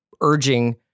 urging